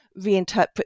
reinterpret